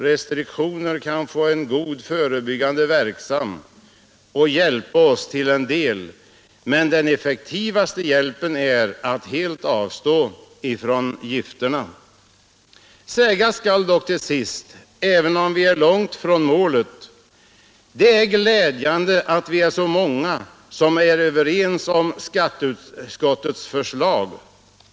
Restriktioner kan få en god förebyggande verkan och hjälpa oss till en del, men den effektivaste hjälpen är att helt avstå ifrån gifterna. Sägas skall dock till sist, även om vi är långt ifrån målet: Det är glädjande att vi är så många som är överens om skatteutskottets förslag.